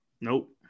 Nope